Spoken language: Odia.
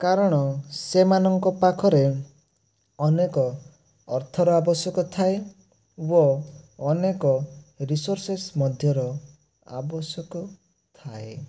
କାରଣ ସେମାନଙ୍କ ପାଖରେ ଅନେକ ଅର୍ଥର ଆବଶ୍ୟକ ଥାଏ ଓ ଅନେକ ରୀସୋର୍ସସେସ ମଧ୍ୟର ଆବଶ୍ୟକ ଥାଏ